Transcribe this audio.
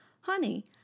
Honey